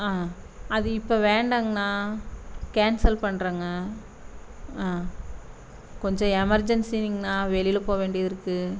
ஆ அது இப்போ வேண்டாங்ண்ணா கேன்சல் பண்ணுறேங்க ஆ கொஞ்சம் எமெர்ஜென்சிங்ண்ணா வெளியில் போக வேண்டியது இருக்குது